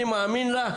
אני מאמין לה,